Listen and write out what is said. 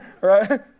Right